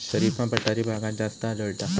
शरीफा पठारी भागात जास्त आढळता